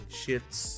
shits